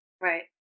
Right